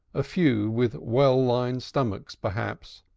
a few with well-lined stomachs, perhaps,